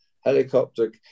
helicopter